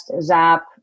zap